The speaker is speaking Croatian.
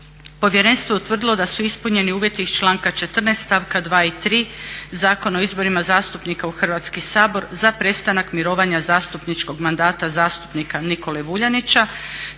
Povjerenstvo je utvrdilo da su ispunjeni uvjeti iz članka 14.stavka 2.i 3. Zakona o izborima zastupnika u Hrvatski sabor za prestanak mirovanja zastupničkog mandata zastupnika Nikole Vuljanića